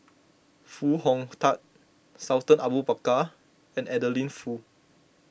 Foo Hong Tatt Sultan Abu Bakar and Adeline Foo